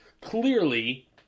clearly